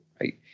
right